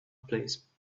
place